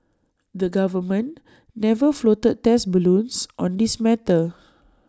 the government never floated 'test balloons' on this matter